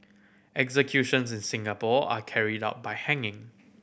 executions in Singapore are carried out by hanging